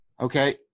Okay